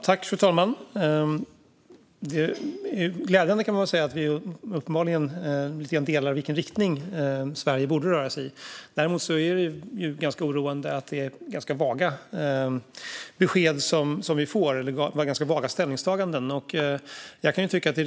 Herr talman! Det är glädjande att vi lite grann delar uppfattning när det gäller vilken riktning Sverige borde röra sig i. Däremot är det ganska oroande att vi får vaga besked om ställningstaganden.